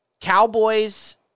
Cowboys